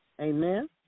Amen